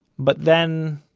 but then,